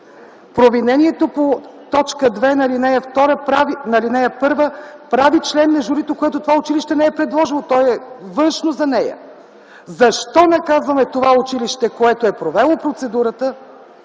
Провинението по т. 2 на ал. 1 прави член на журито, което това училище не е предложило – то е външно за нея. Защо наказваме това училище, което е провело процедурата,